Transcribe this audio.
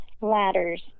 Ladders